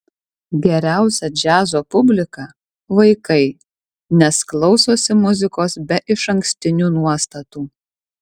geriausia džiazo publika vaikai nes klausosi muzikos be išankstinių nuostatų